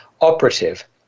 operative